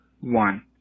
one